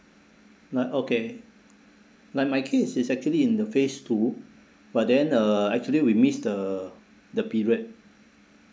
like okay like my kids is actually in the phase two but then uh actually we miss the the period